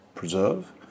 preserve